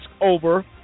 over